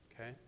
Okay